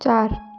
चार